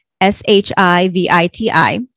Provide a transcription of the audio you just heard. S-H-I-V-I-T-I